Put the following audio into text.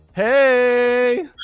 Hey